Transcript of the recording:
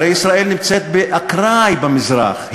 הרי ישראל נמצאת באקראי במזרח,